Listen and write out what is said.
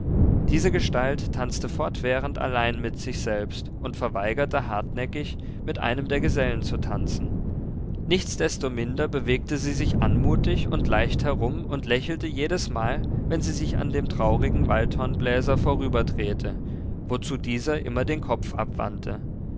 diese gestalt tanzte fortwährend allein mit sich selbst und verweigerte hartnäckig mit einem der gesellen zu tanzen nichtsdestominder bewegte sie sich anmutig und leicht herum und lächelte jedesmal wenn sie sich an dem traurigen waldhornbläser vorüberdrehte wozu dieser immer den kopf abwandte